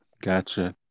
gotcha